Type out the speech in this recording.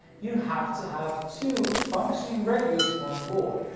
you have to have two functioning radios on board.